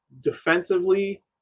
defensively